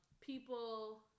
people